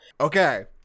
Okay